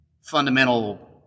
fundamental